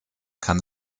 kann